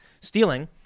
stealing